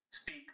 speak